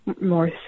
more